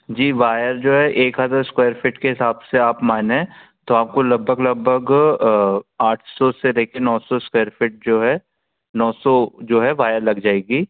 जी wire जो है एक हज़ार स्क्वैर फिट के हिसाब से आप माने तो आपको लगभग लगभग आठ सौ से लेकर नौ सौ फिट जो है नौ सौ जो है वायर लग जाएगी